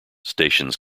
stations